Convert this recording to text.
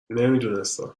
نمیدونستم